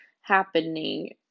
happening